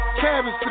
cabbage